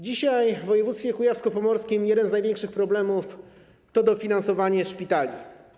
Dzisiaj w województwie kujawsko-pomorskim jeden z największych problemów to dofinansowanie szpitali.